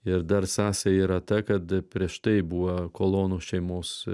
ir dar sąsaja yra ta kad prieš tai buvo kolonų šeimos